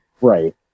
right